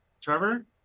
Trevor